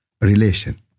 relation